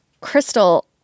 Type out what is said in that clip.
Crystal